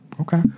Okay